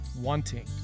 wanting